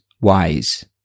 wise